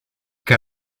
que